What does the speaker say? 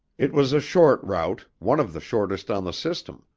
it was a short route, one of the shortest on the system,